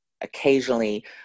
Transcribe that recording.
occasionally